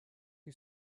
who